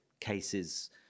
cases